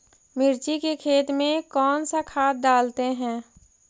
मिर्ची के खेत में कौन सा खाद डालते हैं?